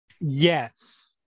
Yes